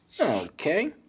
Okay